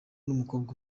n’umukobwa